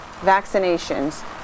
vaccinations